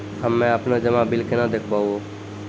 हम्मे आपनौ जमा बिल केना देखबैओ?